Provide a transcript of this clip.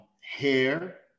Hair